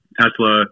Tesla